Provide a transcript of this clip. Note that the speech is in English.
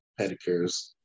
pedicures